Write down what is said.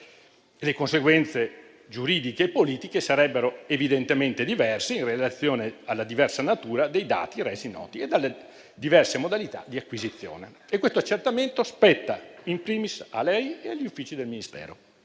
Le conseguenze giuridiche e politiche sarebbero evidentemente diverse in relazione alla diversa natura dei dati resi noti e dalle diverse modalità di acquisizione. Tale accertamento spetta *in primis* a lei e agli uffici del Ministero.